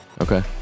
okay